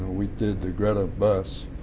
we did the grta bus.